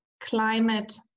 climate